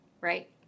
right